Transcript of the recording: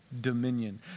dominion